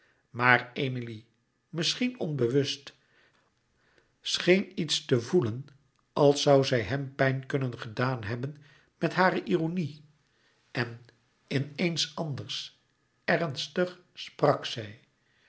maar emilie misschien onbewust scheen iets te voelen als zoû zij hem pijn kunnen gedaan hebben met hare ironie en in eens anders ernstig sprak zij